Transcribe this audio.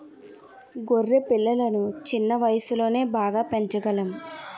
గొర్రె పిల్లలను చిన్న వయసులోనే బాగా పెంచగలం